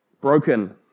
broken